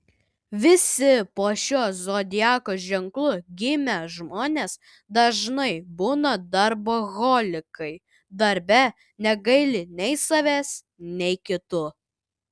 visi po šiuo zodiako ženklu gimę žmonės dažnai būna darboholikai darbe negaili nei savęs nei kitų